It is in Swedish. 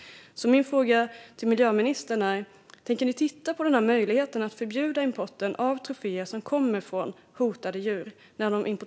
Min fråga till miljöministern är därför om man tänker titta på möjligheten att förbjuda import till Sverige av troféer som kommer från hotade djur.